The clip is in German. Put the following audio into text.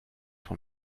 von